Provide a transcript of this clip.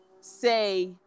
say